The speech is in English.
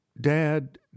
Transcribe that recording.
Dad